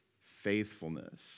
faithfulness